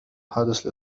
حادث